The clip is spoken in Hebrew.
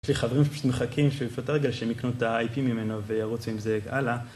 יש לי חברים שפשוט מחכים, שהוא יפשוט את הרגל, שהם יקנו את הIP ממנו וירוצו עם זה הלאה.